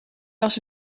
was